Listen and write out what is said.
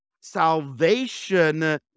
salvation